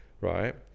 right